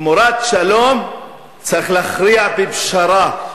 תמורת שלום צריך להכריע בפשרה,